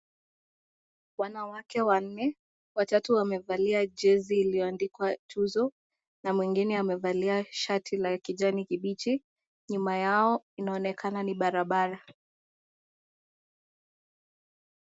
Wanawake wanne watatu wamevalia jezi iliyoandikwa tuzo, na mwingine amevalia shati la kijani kibichi, nyuma yao inaonekana ni barabara.